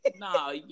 No